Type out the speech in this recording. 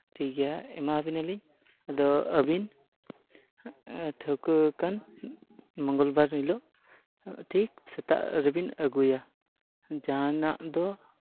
ᱴᱷᱤᱠ ᱜᱮᱭᱟ ᱮᱢᱟᱵᱤᱱᱟᱞᱤᱧ ᱟᱫᱚ ᱟᱹᱵᱤᱱ ᱴᱷᱟᱶ ᱟᱠᱟᱱ ᱢᱚᱜᱚᱞ ᱵᱟᱨ ᱦᱤᱞᱳᱜ ᱴᱷᱤᱠ ᱥᱮᱛᱟᱜ ᱨᱮᱵᱤᱱ ᱟᱹᱜᱩᱭᱟ ᱡᱟᱦᱟᱱᱟᱜ ᱫᱚ